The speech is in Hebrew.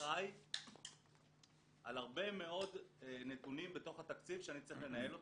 אחראי על הרבה מאוד נתונים בתוך התקציב שאני צריך לנהל אותו,